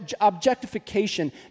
objectification